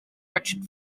richard